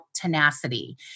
tenacity